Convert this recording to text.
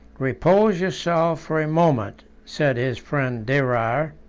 repose yourself for a moment, said his friend derar,